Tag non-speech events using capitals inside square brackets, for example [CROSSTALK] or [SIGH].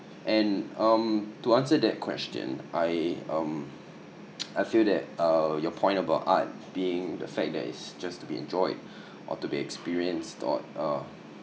and um to answer that question I um [NOISE] I feel that err your point about art being the fact that it's just to be enjoyed or to be experienced or uh